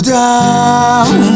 down